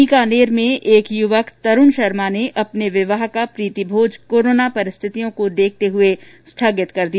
बीकानेर में एक यूवक तरूण शर्मा ने अपने विवाह का प्रीतिभोज कोरोना परिस्थितियों को देखते हए स्थिगित कर दिया